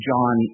John